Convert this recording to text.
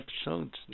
episodes